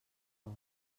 vol